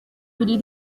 buri